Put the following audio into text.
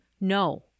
No